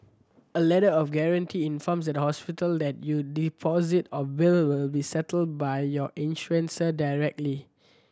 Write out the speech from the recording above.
a Letter of Guarantee informs the hospital that your deposit or bill will be settled by your insurer directly